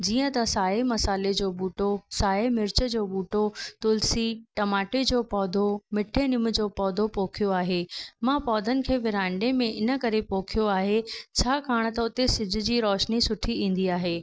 जीअं त साओ मसाले जो ॿूटो साओ मिर्च जो ॿूटो तुलिसी टमाटे जो पौधो मिठे निम जो पौधो पोखियो आहे मां पौधनि खे विरांडे में इन करे पोखियो आहे छाकाणि त उते सिज जी रोशनी सुठी ईंदी आहे